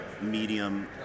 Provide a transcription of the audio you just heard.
medium